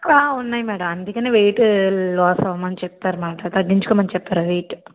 ఉన్నాయి మేడం అందుకని weight loss అవమని చెప్పారు అన్నమాట తగ్గించుకోమని చెప్పారు వెయిట్